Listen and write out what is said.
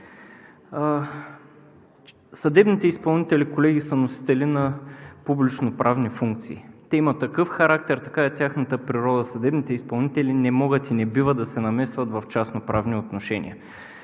Съдебните изпълнители, колеги, са носители на публично-правни функции. Те имат такъв характер, такава е тяхната природа – съдебните изпълнители не могат и не бива да се намесват в частно-правни отношения.